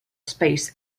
space